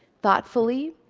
thoughtfully,